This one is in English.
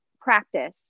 practice